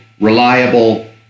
reliable